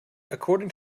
according